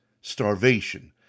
starvation